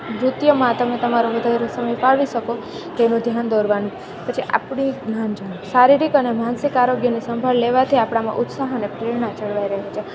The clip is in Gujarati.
નૃત્યમાં તમે તમારું વધેરું સમય ફાળવી શકો કે એનું ધ્યાન દોરવાનું પછી આપણી નાન જાણ શારીરિક અને માનસિક આરોગ્યને સંભાળી લેવાથી આપણામાં ઉત્સાહ અને પ્રેરણા જળવાઈ રહે છે